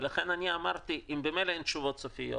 לכן אמרתי שאם ממילא אין תשובות סופיות